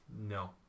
No